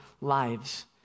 lives